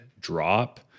drop